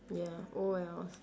ya oh well